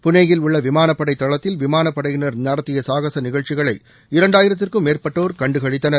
புனேயில் உள்ள விமானப்படை தளத்தில் விமானப்படையினர் நடத்திய சாகச நிகழ்ச்சிகளை இரண்டாயிரத்திற்கும் மேற்பட்டோர கண்டுகளித்தனர்